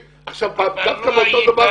לא היית